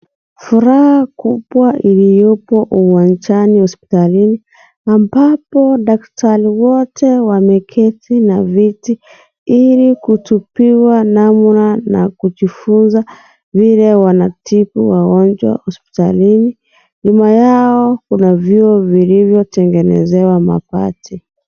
Furaha kubwa iliyopo uwanjani, hospitalini, ambapo daktari wote wameketi na viti ili kutubiwa namna ya kujifunza vile wanatibu wagonjwa hospitalini. Nyuma yao kuna vyoo vilivyotengenezewa mabati.